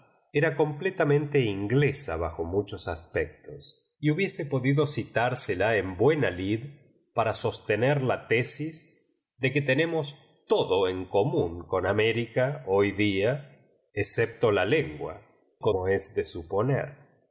era completamente in gles bajo muchos aspectos y hubiese po dido citársela en buena lid para sostener la tesis de que tenemos todo en común con américa hoy día excepto la lengua como es de suponer